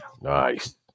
Nice